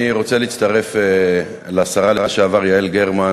אני רוצה להצטרף לשרה לשעבר יעל גרמן